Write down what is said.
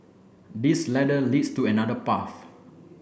this ladder leads to another path